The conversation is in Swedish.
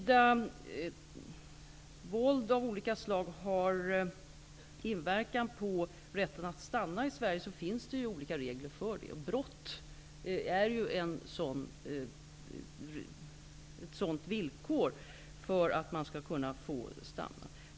Det finns olika regler för huruvida våld av olika slag har inverkan på rätten att stanna i Sverige.